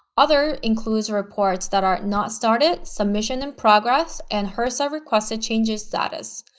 other includes reports that are not started, submission in progress and hrsa requested changes status.